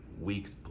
weeks